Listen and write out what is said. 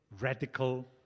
radical